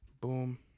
boom